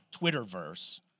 Twitterverse